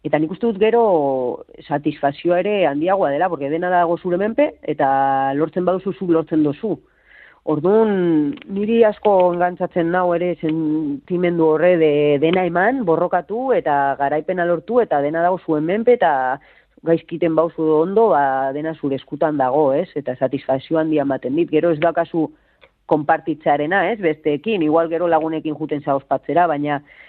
Eta nik uste dut gero satisfazioa ere handiagoa dela, porque dena dago zure menpe, eta lortzen baduzu, zuk lortzen duzu. Ordun, niri asko engantzatzen nau ere sentimendu horre de- dena eman, borrokatu, eta garaipena lortu, eta dena dago zuen menpe, eta gaizkiten bauzu ondo, ba, dena zure eskutan dago, ez? Eta satisfazio handia ematen dit. Gero ez daukazu konpartitzearena, ez? Besteekin, igual gero lagunekin juten zaoz patzera, baina-